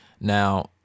Now